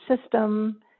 system